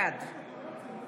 בעד